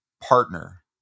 partner